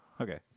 Okay